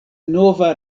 nova